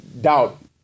doubt